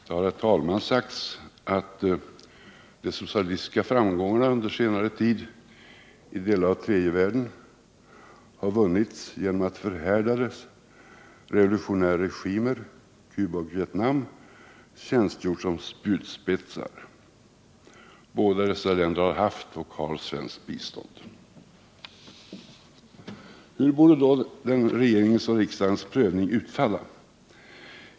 Det har, herr talman, sagts att de socialistiska framgångarna under senare tid i delar av tredje världen har vunnits genom att revolutionära regimer, Cuba och Vietnam, tjänstgjort som spjutspetsar. Båda dessa länder har haft och har svenskt bistånd. Hur borde då regeringens och riksdagens prövning utfalla?